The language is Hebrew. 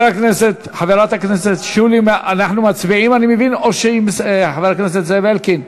אנחנו מצביעים, אני מבין, חבר הכנסת אלקין?